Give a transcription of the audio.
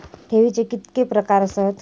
ठेवीचे कितके प्रकार आसत?